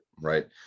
right